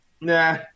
Nah